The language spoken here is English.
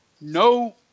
No